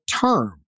term